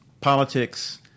politics